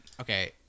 Okay